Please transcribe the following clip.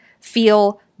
feel